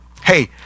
hey